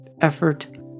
effort